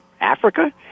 Africa